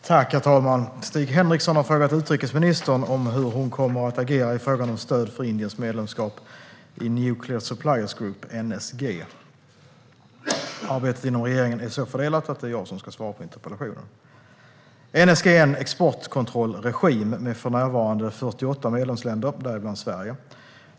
Herr talman! Stig Henriksson har frågat utrikesministern hur hon kommer att agera i frågan om stöd för Indiens medlemskap i Nuclear Suppliers Group, NSG. Arbetet inom regeringen är så fördelat att det är jag som ska svara på interpellationen. NSG är en exportkontrollregim med för närvarande 48 medlemsländer, däribland Sverige.